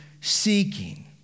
seeking